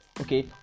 okay